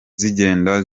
zigenda